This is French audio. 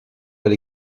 elle